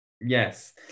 Yes